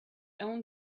own